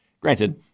granted